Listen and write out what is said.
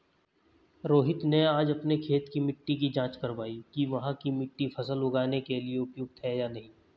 रोहित ने आज अपनी खेत की मिट्टी की जाँच कारवाई कि वहाँ की मिट्टी फसल उगाने के लिए उपयुक्त है या नहीं